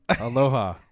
Aloha